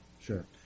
Sure